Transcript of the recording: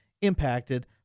impacted